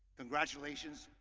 congratulations,